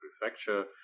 Prefecture